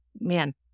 Man